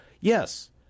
Yes